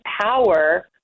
power